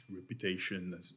reputation